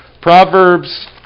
Proverbs